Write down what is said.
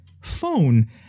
phone